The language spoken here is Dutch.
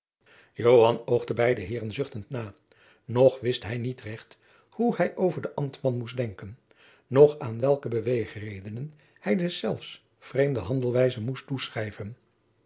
oogde beide heeren zuchtend na nog wist hij niet recht hoe hij over den ambtman moest denken noch aan welke beweegredenen hij deszelfs vreemde handelwijze moest toeschrijven